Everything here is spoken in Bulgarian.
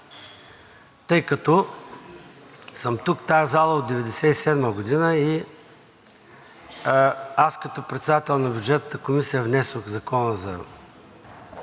Тъй като съм тук в тази зала от 1997 г., и аз като председател на Бюджетната комисия внесох Закона за